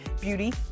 beauty